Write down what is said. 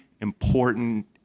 important